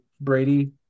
Brady